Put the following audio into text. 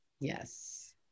Yes